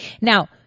Now